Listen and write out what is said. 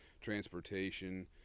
transportation